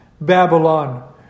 Babylon